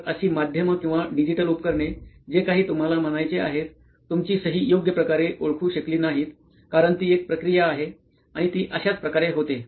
तर अशी माध्यम किंवा डिजिटल उपकरणे जेकाही तुम्हाला म्हणायचे आहेत तुमची सही योग्य प्रकारे ओळखू शकली नाहीत कारण ती एक प्रक्रिया आहे आणि ती अश्याच प्रकारे होते